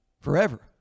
Forever